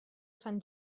sant